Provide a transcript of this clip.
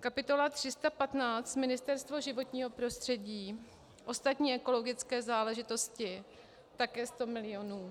kapitola 315 Ministerstvo životního prostředí, ostatní ekologické záležitosti, také 100 milionů.